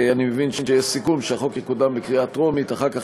אני מבין שיש סיכום שהחוק יקודם בקריאה טרומית ואחר כך